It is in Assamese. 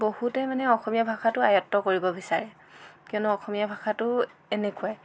বহুতে মানে অসমীয়া ভাষাটো আয়ত্ত কৰিব বিচাৰে কিয়নো অসমীয়া ভাষাটো এনেকুৱাই